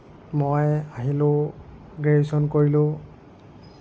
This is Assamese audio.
মই আহিলোঁ গ্ৰেজুৱেচন কৰিলোঁ